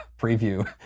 preview